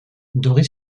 doris